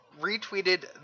retweeted